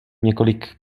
několik